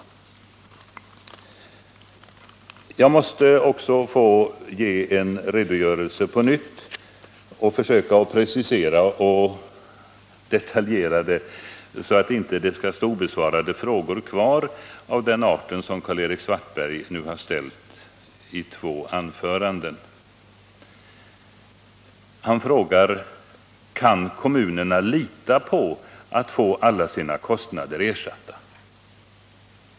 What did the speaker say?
Jag måste försöka precisera den redogörelse som jag tidigare har lämnat, så att inte frågor av den art som Karl-Erik Svartberg har ställt i två anföranden skall stå obesvarade. Han frågar: Kan kommunerna lita på att få alla sina kostnader ersatta?